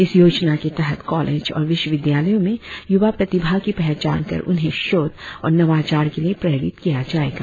इस योजना के तहत कॉलेज और विश्वविद्यालयों में युवा प्रतिभा की पहचान कर उन्हें शोध और नवाचार के लिए प्रेरित किया जाएगा